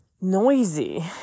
noisy